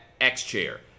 X-Chair